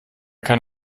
kann